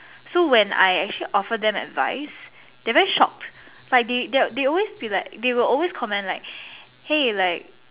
so when I actually offer them advice they're very shocked like they they they always be like they will always comment like hey like